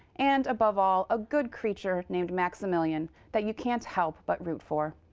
and above all a good creature named maximillian that you can't help but root for.